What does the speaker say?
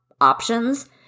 options